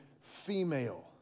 female